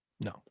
No